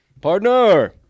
Partner